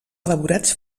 elaborats